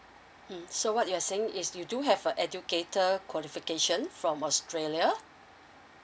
mm so what you're saying is you do have a educator qualification from australia